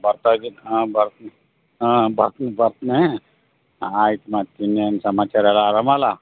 ಬರ್ತಾ ಇದೀನಿ ಕಣೋ ಬರ್ತೀನಿ ಹಾಂ ಬರ್ತೀನಿ ಬರ್ತೀನಿ ಆಯ್ತು ಮತ್ತು ಇನ್ನೇನು ಸಮಾಚಾರ ಎಲ್ಲ ಅರಾಮಲ್ವಾ